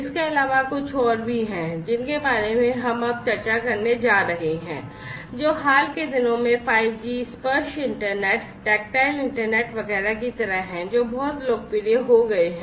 इसके अलावा कुछ और भी हैं जिनके बारे में हम अब चर्चा करने जा रहे हैं जो हाल के दिनों में 5G tactile internet वगैरह की तरह हैं जो बहुत लोकप्रिय हो गए हैं